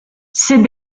ces